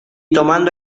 tomando